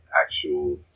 Actual